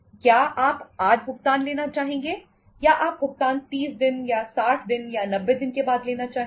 क्या आप आज भुगतान लेना चाहेंगे या आप भुगतान 30 दिन या 60 दिन या 90 दिन के बाद लेना चाहेंगे